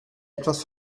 etwas